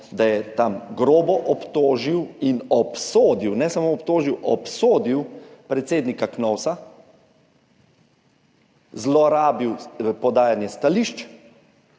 da je tam grobo obtožil in obsodil, ne samo obtožil, obsodil predsednika KNOVS, zlorabil podajanje stališč